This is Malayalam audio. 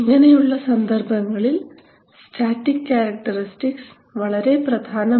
ഇങ്ങനെയുള്ള സന്ദർഭങ്ങളിൽ സ്റ്റാറ്റിക് ക്യാരക്ടറിസ്റ്റിക്സ് വളരെ പ്രധാനമാണ്